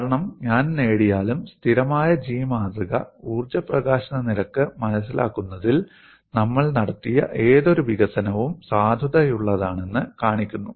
കാരണം ഞാൻ നേടിയാലും സ്ഥിരമായ G മാതൃക ഊർജ്ജ പ്രകാശന നിരക്ക് മനസിലാക്കുന്നതിൽ നമ്മൾ നടത്തിയ ഏതൊരു വികസനവും സാധുതയുള്ളതാണെന്ന് കാണിക്കുന്നു